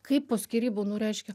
kaip po skyrybų nu reiškia